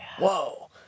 whoa